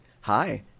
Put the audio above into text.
Hi